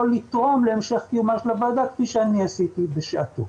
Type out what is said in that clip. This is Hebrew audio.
לתרום להמשך קיומה של הוועדה כפי שאני עשיתי בשעתו.